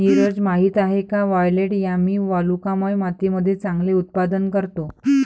नीरज माहित आहे का वायलेट यामी वालुकामय मातीमध्ये चांगले उत्पादन करतो?